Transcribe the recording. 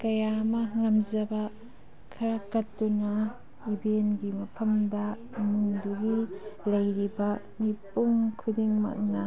ꯀꯌꯥ ꯑꯃ ꯉꯝꯖꯕ ꯈꯔ ꯀꯠꯇꯨꯅ ꯏꯕꯦꯟꯒꯤ ꯃꯐꯝꯗ ꯏꯃꯨꯡꯗꯨꯒꯤ ꯂꯩꯔꯤꯕ ꯃꯤꯄꯨꯝ ꯈꯨꯗꯤꯡꯃꯛꯅ